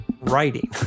Writing